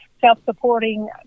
self-supporting